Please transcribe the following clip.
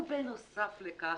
ובנוסף לכך,